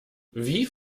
wie